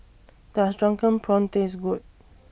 Does Drunken Prawns Taste Good